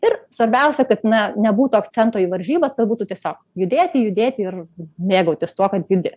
ir svarbiausia kad na nebūtų akcento į varžybas būtų tiesiog judėti judėti ir mėgautis tuo kad judi